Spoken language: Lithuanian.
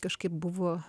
kažkaip buvo